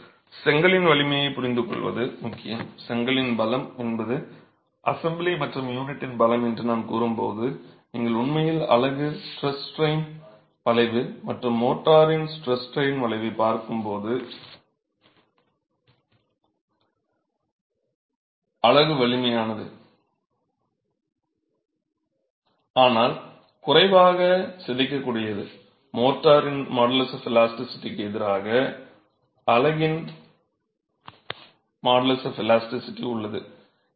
இப்போது செங்கலின் வலிமையின் தன்மையைப் புரிந்துகொள்வது முக்கியம் செங்கலின் பலம் என்பது அசெம்பிளி மற்றும் யூனிட்டின் பலம் என்று நான் கூறும்போது நீங்கள் உண்மையில் அலகின் ஸ்ட்ரெஸ் ஸ்ட்ரைன் வளைவு மற்றும் மோர்டாரின் ஸ்ட்ரெஸ் ஸ்ட்ரைன் வளைவு பார்க்கும் போது அலகு வலிமையானது ஆனால் குறைவாக சிதைக்கக்கூடியது மோர்டாரின் மாடுலஸ் ஆஃப் எலாஸ்டிசிட்டிக்கு எதிராக அலகின் மாடுலஸ் ஆஃப் எலாஸ்டிசிட்டி உள்ளது